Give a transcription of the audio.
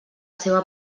seva